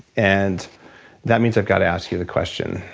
and that means i've got to ask you the question,